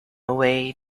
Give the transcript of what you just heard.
away